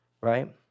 right